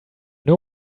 know